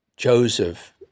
Joseph